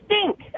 stink